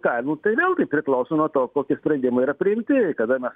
kainų tai vėlgi priklauso nuo to koki sprendimai yra priimti kada mes